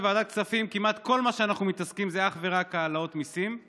בוועדת הכספים כמעט כל מה שאנחנו מתעסקים בו זה אך ורק העלאות מיסים.